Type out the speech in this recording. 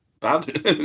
bad